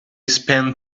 spent